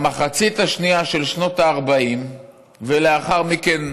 במחצית השנייה של שנות ה-40 ולאחר מכן,